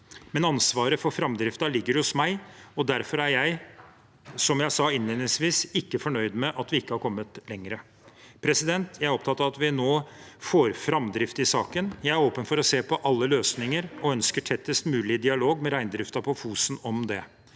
Men ansvaret for framdriften ligger hos meg, og derfor er jeg, som jeg sa innledningsvis, ikke fornøyd med at vi ikke har kommet lenger. Jeg er opptatt av at vi nå får framdrift i saken. Jeg er åpen for å se på alle løsninger og ønsker tettest mulig dialog med reindriften på Fosen om det.